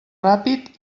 ràpid